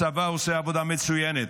הצבא עושה עבודה מצוינת,